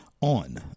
on